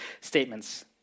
statements